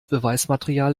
beweismaterial